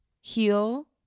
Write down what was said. heal